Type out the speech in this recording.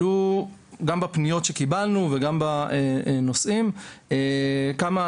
עלו גם בפניות שקיבלנו וגם בנושאים כמה